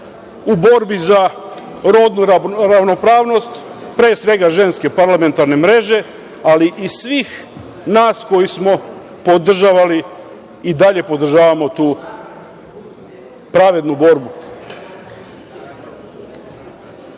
u borbi za rodnu ravnopravnost, pre svega Ženske parlamentarne mreže, ali i svih nas koji smo podržavali i dalje podržavamo tu pravednu borbu. Da